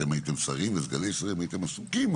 אתם הייתם שרים וסגני שרים, הייתם עסוקים.